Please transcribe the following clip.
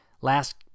Last